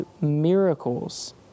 miracles